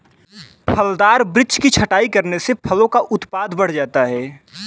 फलदार वृक्ष की छटाई करने से फलों का उत्पादन बढ़ जाता है